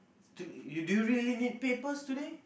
dude do you really need papers today